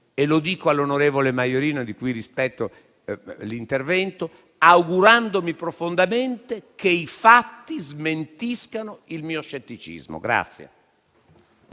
Dico infine all'onorevole Maiorino, di cui rispetto l'intervento, che mi auguro profondamente che i fatti smentiscano il mio scetticismo.